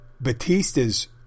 Batista's